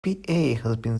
been